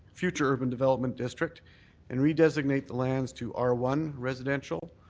future urban development district and redesignate the lands to r one residential,